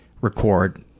record